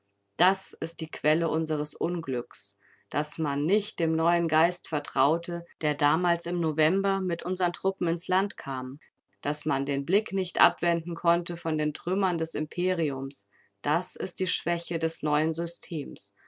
das ist die quelle unseres unglücks daß man nicht dem neuen geist vertraute der damals im november mit unseren truppen ins land kam daß man den blick nicht abwenden konnte von den trümmern des imperiums das ist die schwäche des neuen systems